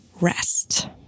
rest